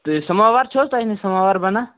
تہٕ سَماوار چھَ حظ تۅہہِ نِش سماوار بَنان